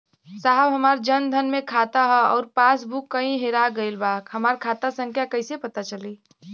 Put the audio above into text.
साहब हमार जन धन मे खाता ह अउर पास बुक कहीं हेरा गईल बा हमार खाता संख्या कईसे पता चली?